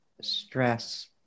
stress